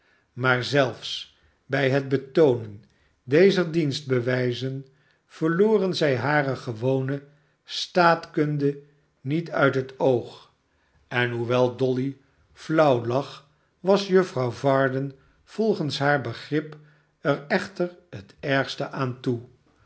maar zelfs bij het betoonen dezer dienstbewijzen verloren zij hare gewone staatkunde niet uit het oogj en hoewel dolly flauw lag was juffrouw varden volgens haar begrip er echter het ergste aan toe